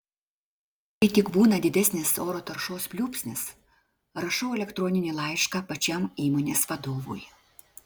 kai tik būna didesnis oro taršos pliūpsnis rašau elektroninį laišką pačiam įmonės vadovui